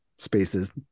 spaces